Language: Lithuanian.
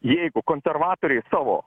jeigu konservatoriai savo